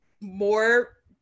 more